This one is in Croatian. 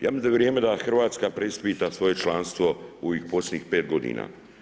Ja mislim da je vrijeme da Hrvatska preispita svoje članstvo ovih posljednjih 5 godina.